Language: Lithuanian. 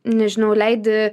nežinau leidi